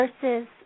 versus